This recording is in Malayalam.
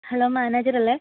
ഹലോ മാനേജർ അല്ലെ